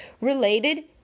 related